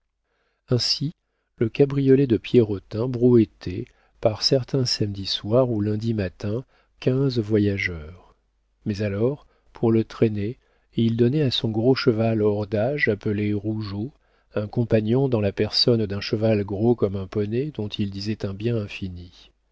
ainsi le cabriolet de pierrotin brouettait par certains samedis soir ou lundis matin quinze voyageurs mais alors pour le traîner il donnait à son gros cheval hors d'âge appelé rougeot un compagnon dans la personne d'un cheval gros comme un poney dont il disait un bien infini